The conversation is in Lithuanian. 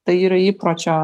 tai yra įpročio